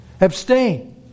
Abstain